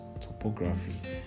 topography